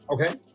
okay